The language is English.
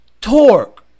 torque